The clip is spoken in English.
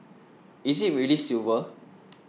is it really a silver